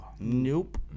Nope